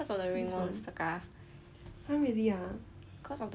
because of the ring worms scar